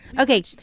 okay